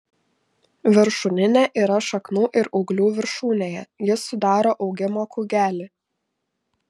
viršūninė yra šaknų ir ūglių viršūnėje ji sudaro augimo kūgelį